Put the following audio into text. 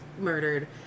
murdered